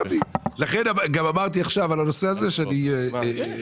לכן גם אמרתי עכשיו על הנושא הזה, שאני בעד.